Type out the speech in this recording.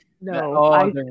No